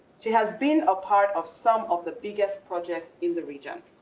she has been a part of some of the biggest projects in the region.